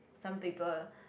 some people